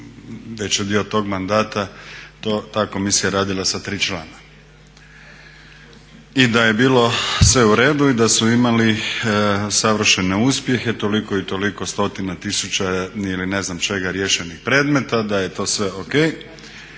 veći dio tog mandata ta komisija radila sa tri člana i da je bilo sve u redu i da su imali savršene uspjehe, toliko i toliko stotina tisuća ili ne znam čega riješenih predmeta, da je to sve o.k.